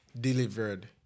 delivered